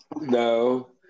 No